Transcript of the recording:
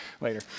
later